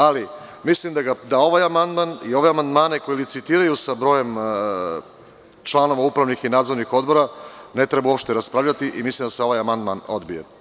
Ali mislim da ovaj amandman i ove amandmane koji licitiraju sa brojem članova upravnih i nadzornih odbora, ne treba uopšte raspravljati i mislim da se ovaj amandman odbije.